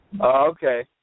okay